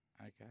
Okay